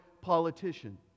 politician